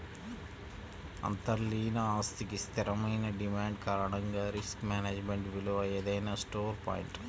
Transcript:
అంతర్లీన ఆస్తికి స్థిరమైన డిమాండ్ కారణంగా రిస్క్ మేనేజ్మెంట్ విలువ ఏదైనా స్టోర్ పాయింట్